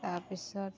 তাৰপিছত